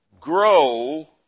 grow